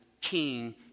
king